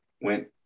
went